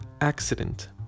accident